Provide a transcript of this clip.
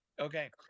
Okay